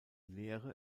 lehre